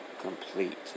complete